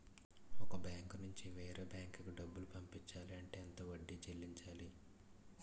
ఒక బ్యాంక్ నుంచి వేరే బ్యాంక్ కి డబ్బులు పంపించాలి అంటే ఎంత వడ్డీ చెల్లించాలి?